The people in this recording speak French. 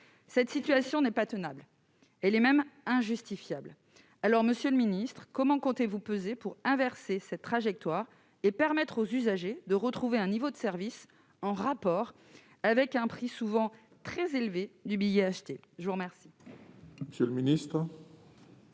telle situation n'est pas tenable. Elle est même injustifiable. Monsieur le ministre, comment comptez-vous peser pour inverser la trajectoire et permettre aux usagers de retrouver un niveau de service en rapport avec le prix souvent très élevé du billet qu'ils ont acheté